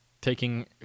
taking